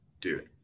Dude